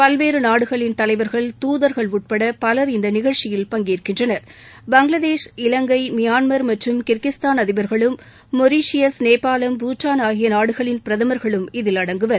பல்வேறு நாடுகளின் தலைவர்கள் தூதர்கள் உட்பட பலர் இந்த நிகழ்ச்சியில் பங்கேற்கின்றனர் பங்களாதேஷ் இலங்கை மியான்மர் மற்றும் கிர்கிஸ்தான் அதிபர்களும் மொரிஷியஸ் நேபாளம் பூட்டான் ஆகிய நாடுகளின் பிரதமர்களும் இதில் அடங்குவர்